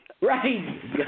Right